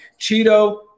Cheeto